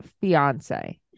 Fiance